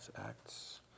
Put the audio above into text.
Acts